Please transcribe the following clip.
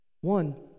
One